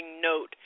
note